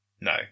No